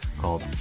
called